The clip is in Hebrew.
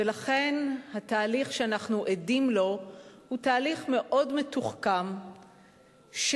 ולכן התהליך שאנחנו עדים לו הוא תהליך מאוד מתוחכם של